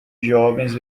jovens